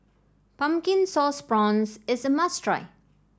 Pumpkin Sauce Prawns is a must try